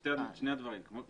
שני הדברים.